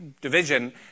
division